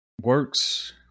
Works